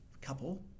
couple